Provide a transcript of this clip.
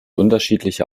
unterschiedliche